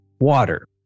Water